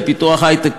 של פיתוח היי-טק,